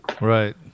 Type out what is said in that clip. Right